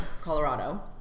colorado